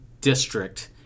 district